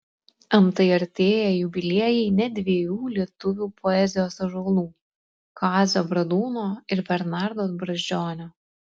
antai artėja jubiliejai net dviejų lietuvių poezijos ąžuolų kazio bradūno ir bernardo brazdžionio